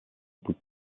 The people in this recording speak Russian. пути